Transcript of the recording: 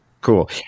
Cool